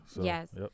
Yes